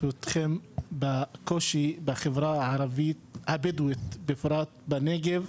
אתכם בקושי בחברה הערבית הבדואית בפרט בנגב,